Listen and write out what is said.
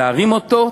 להרים אותו,